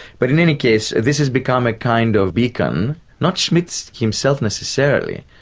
but in any case this has become a kind of beacon not schmitt's himself necessarily,